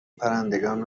پرندگان